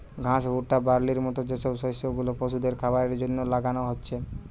ঘাস, ভুট্টা, বার্লির মত যে সব শস্য গুলা পশুদের খাবারের জন্যে লাগানা হচ্ছে